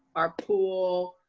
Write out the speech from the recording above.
our pool,